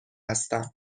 هستم